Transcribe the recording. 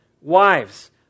Wives